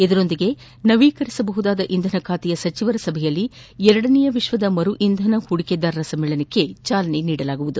ಇದರ ಜತೆಗೆ ನವೀಕರಿಸಬಹದಾದ ಇಂಧನ ಖಾತೆಯ ಸಚಿವರ ಸಭೆಯಲ್ಲಿ ಎರಡನೇ ವಿಶ್ವದ ಮರುಇಂಧನ ಪೂಡಿಕೆದಾರರ ಸಮ್ಮೇಳನಕ್ಕೆ ಚಾಲನೆ ದೊರೆಯಲಿದೆ